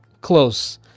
Close